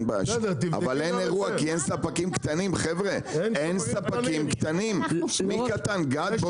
אבל אין אירוע כי אין ספקים קטנים, מי קטן גד?